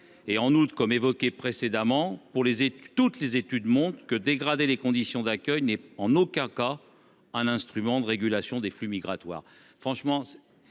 outre, comme cela a été dit précédemment, toutes les études montrent que la dégradation des conditions d’accueil n’est en aucun cas un instrument de régulation des flux migratoires.